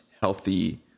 healthy